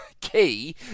key